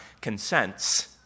consents